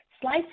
Slide